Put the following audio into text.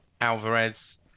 Alvarez